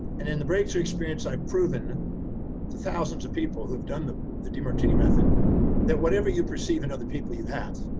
and in the breakthrough experience i've proven to thousands of people who've done the the demartini method that whatever you perceive in other people you have,